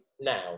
now